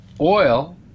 oil